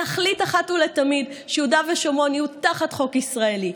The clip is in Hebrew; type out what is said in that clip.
להחליט אחת ולתמיד שיהודה ושומרון יהיו תחת חוק ישראלי,